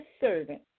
servant